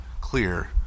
clear